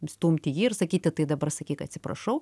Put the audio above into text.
stumti jį ir sakyti tai dabar sakyk atsiprašau